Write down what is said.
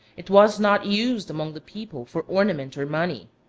it was not used among the people for ornament or money.